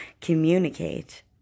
communicate